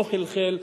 לא חלחל,